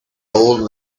old